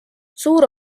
suur